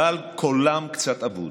אבל קולם קצת אבוד.